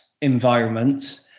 environments